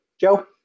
Joe